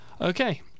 Okay